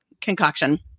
concoction